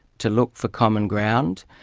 to look for common ground,